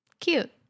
Cute